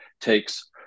takes